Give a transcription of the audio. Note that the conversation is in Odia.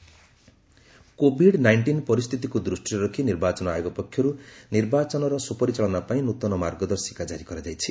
election guide lines COVID nineteen ପରିସ୍ଥିତିକୁ ଦୃଷ୍ଟିରେ ରଖି ନିର୍ବାଚନ ଆୟୋଗ ପକ୍ଷରୁ ନିର୍ବାଚନର ସୁପରିଚାଳନା ପାଇଁ ନୂତନ ମାର୍ଗଦର୍ଶିକା କ୍କାରି କରାଯାଇଛି